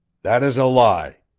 that is a lie.